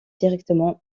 directement